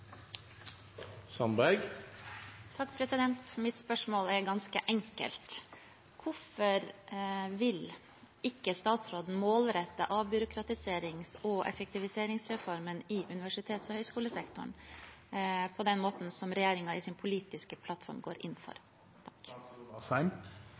for meg. Mitt spørsmål er ganske enkelt: «Hvorfor vil ikke statsråden målrette avbyråkratiserings- og effektiviseringsreformen i universitets- og høgskolesektoren, slik regjeringen i sin politiske plattform går inn for?»